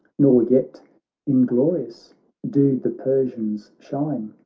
nor yet inglorious do the persians shine,